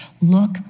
Look